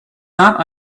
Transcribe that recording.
not